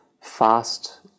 fast